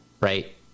right